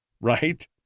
right